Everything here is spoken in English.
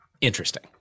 interesting